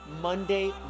Monday